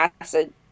acid